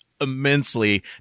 immensely